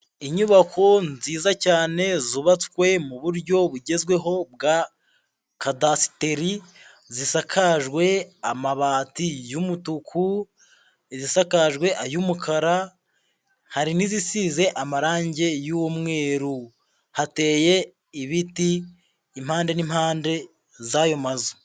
Inyubako nziza cyane zubatswe mu buryo bugezweho bwa kadasiteri, zisakajwe amabati y'umutuku, izisakajwe ay'umukara, hari n'izisize amarangi y'umweru, hateye ibiti n'impande n'impande z'ayo mazu.